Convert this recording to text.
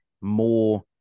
more